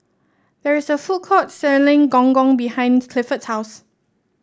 there is a food court selling Gong Gong behind Clifford's house